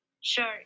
Sure